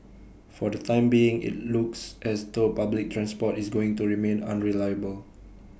for the time being IT looks as though public transport is going to remain unreliable